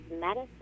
medicine